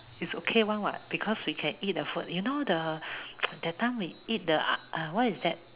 is okay [one] [what] because we can eat the food you know the that time we eat the ah what's that